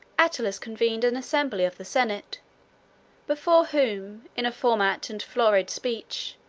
attalus convened an assembly of the senate before whom, in a format and florid speech,